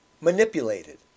manipulated